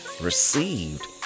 received